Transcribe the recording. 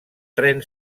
tren